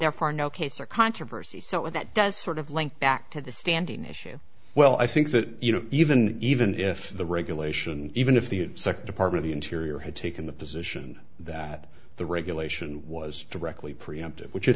therefore no case or controversy so what that does sort of link back to the standing issue well i think that you know even even if the regulation even if the sec dep the interior had taken the position that the regulation was directly preemptive which it